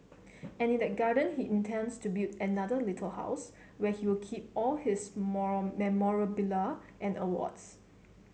and in that garden he intends to build another little house where he'll keep all his memorabilia and awards